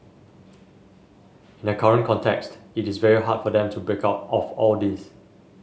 in the current context it's very hard for them to break out of all this